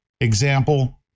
Example